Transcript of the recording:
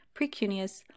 precuneus